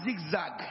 zigzag